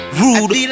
rude